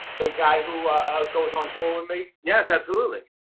the guy who goes on tour with me? yes, absolutely.